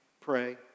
Pray